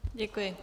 Děkuji.